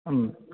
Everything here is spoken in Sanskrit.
हं